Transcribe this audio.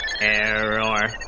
error